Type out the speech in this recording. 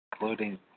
Including